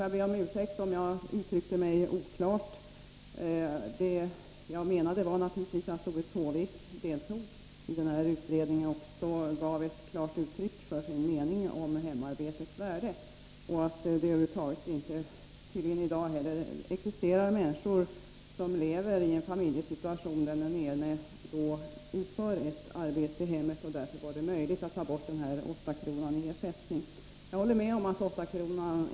Jag ber om ursäkt om jag uttryckte mig oklart. Vad jag menade var naturligtvis att Doris Håvik deltog i utredningen och också gav klart uttryck för sin mening om hemarbetets värde. Hon anser tydligen att det i dag inte existerar människor som lever i en familjesituation där den ene utför ett arbete i hemmet, och därför var det möjligt att ta bort de 8 kr. i ersättning. Jag håller med om att 8 kr.